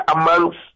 amongst